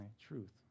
truth